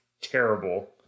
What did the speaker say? terrible